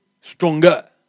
stronger